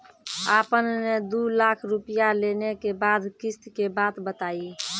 आपन ने दू लाख रुपिया लेने के बाद किस्त के बात बतायी?